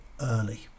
early